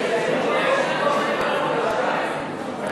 מכיוון שזו הצבעת אי-אמון,